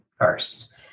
first